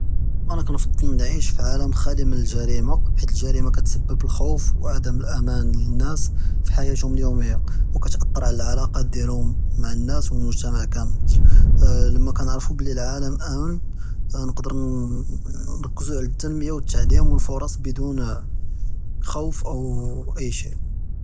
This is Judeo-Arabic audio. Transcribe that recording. אַנָא כַּנְפַדֵּל נְעַיֵּש פִּי עָלַם חָאלִי מִן אֶלְגְּרִימָה כַּאֶלְגְּרִימָה כַּתְסַבַּב אֶלְחַ'וְף וְעַדַאם אֶלְאָמַאן לְנַאס פִּי חַיַאתְהוּם אֶלְיוֹמִיָּה וְכַתְאַתַּר עַל עֶלָקַאת דִּיַאלְהוּם מַעַא נַאס וְאֶלְמֻגְתַמַע כָּאמֵל, לִמָא כַּנְעַרֵף אֶלְעָלַם לָאן נְקְדַּר נֶרַכֵּז עַל תַּנְמִיַּה וְאֶלְתְּעְלִימ וְאֶלְפֻּרַص בְּלָא חַ'וְף אוֹ אִי שִׁי.